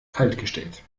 kaltgestellt